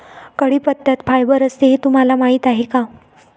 कढीपत्त्यात फायबर असते हे तुम्हाला माहीत आहे का?